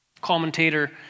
Commentator